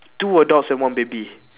two adults and one baby